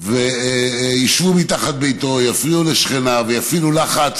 וישבו מתחת ביתו, יפריעו לשכניו ויפעילו לחץ